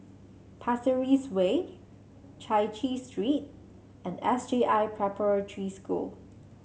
Pasir Ris Way Chai Chee Street and S J I Preparatory School